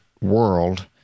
world